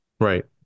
Right